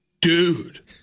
Dude